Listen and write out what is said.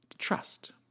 trust